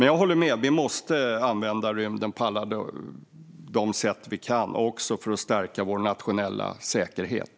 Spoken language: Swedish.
Jag håller med: Vi måste använda rymden på alla de sätt vi kan, också för att stärka vår nationella säkerhet.